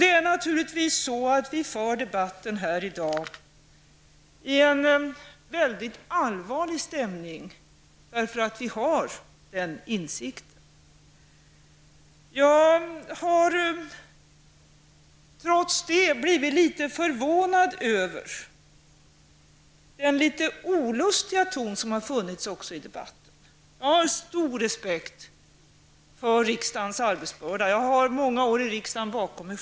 Det är naturligtvis så att vi för debatten här i dag i en väldigt allvarlig stämning, eftersom vi har den här insikten. Jag har trots det blivit något förvånad över den litet olustiga ton som också funnits i debatten. Jag har stor respekt för riksdagens arbetsbörda. Jag har själv många år i riksdagen bakom mig.